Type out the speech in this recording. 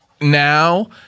now